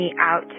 out